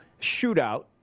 shootout